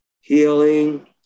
healing